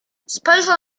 spojrzał